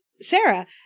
Sarah